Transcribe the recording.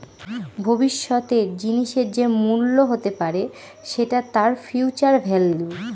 ভবিষ্যতের জিনিসের যে মূল্য হতে পারে সেটা তার ফিউচার ভেল্যু